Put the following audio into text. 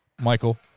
Michael